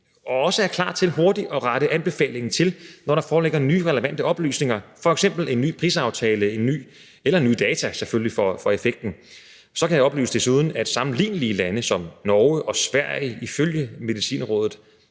jo også er klar til hurtigt at rette anbefalingen til, når der foreligger nye relevante oplysninger, f.eks. en ny prisaftale eller, selvfølgelig, nye data for effekten. Så kan jeg desuden oplyse, at sammenlignelige lande som Norge og Sverige ifølge Medicinrådet